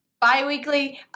bi-weekly